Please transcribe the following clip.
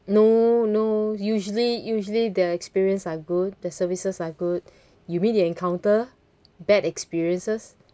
no no usually usually their experience are good the services are good you mean you encounter bad experiences